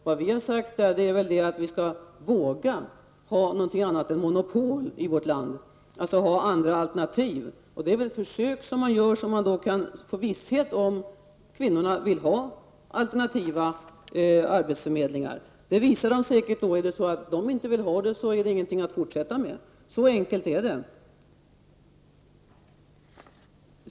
Vad vi har sagt är att vi skall våga ha någonting annat än bara monopol i vårt land, alltså fler alternativ. De försök som görs ger visshet om huruvida kvinnorna vill ha alternativa arbetsförmedlingar. Visar dessa försök att kvinnorna inte vill ha sådana, är det ingen idé att fortsätta med dem. Så enkelt är det.